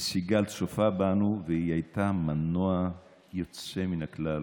וסיגל צופה בנו, והיא הייתה מנוע יוצא מן הכלל,